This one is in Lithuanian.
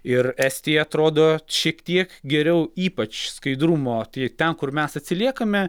ir estija atrodo šiek tiek geriau ypač skaidrumo tie ten kur mes atsiliekame